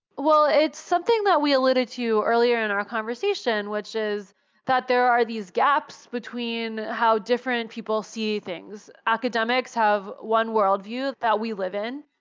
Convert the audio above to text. it's something that we alluded to earlier in our conversation, which is that there are these gaps between how different people see things. academics have one world view that we live in,